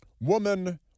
woman